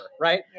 right